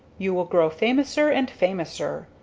you will grow famouser and famouser,